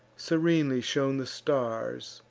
serenely shone the stars,